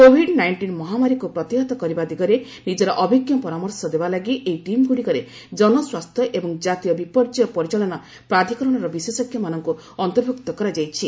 Covid nineteen ମହାମାରୀକୁ ପ୍ରତିହତ କରିବା ଦିଗରେ ନିଜର ଅଭିଜ୍ଞ ପରାମର୍ଶ ଦେବା ଲାଗି ଏହି ଟିମ୍ଗ୍ରଡ଼ିକରେ ଜନସ୍ପାସ୍ଥ୍ୟ ଏବଂ କାତୀୟ ବିପର୍ଯ୍ୟୟ ପରିଚାଳନା ପ୍ରାଧିକରଣର ବିଶେଷଜ୍ଞମାନଙ୍କୁ ଅନ୍ତର୍ଭୁକ୍ତ କରାଯାଇଛି